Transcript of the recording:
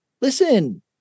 Listen